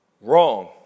Wrong